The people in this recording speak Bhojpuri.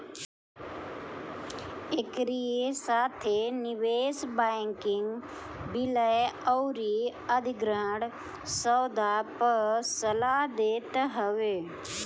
एकरी साथे निवेश बैंकिंग विलय अउरी अधिग्रहण सौदा पअ सलाह देत हवे